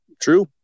True